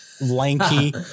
lanky